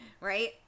right